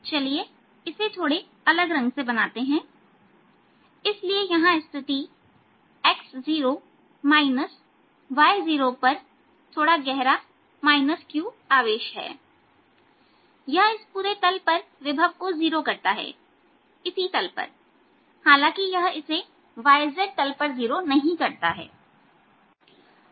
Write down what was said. चलिए इसे थोड़े अलग रंग से बनाते हैं इसलिए यहां स्थिति x0 y0 पर थोड़ा गहरा q आवेश है यह इस पूरे तल पर विभव को 0 करता है इसी तल पर हालांकि यह इसे yz तल पर जीरो नहीं करता है यह तल है